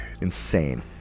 Insane